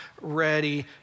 ready